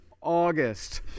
August